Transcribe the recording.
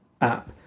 app